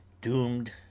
doomed